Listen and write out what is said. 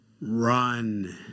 run